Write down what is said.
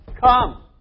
come